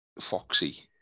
Foxy